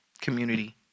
community